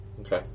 Okay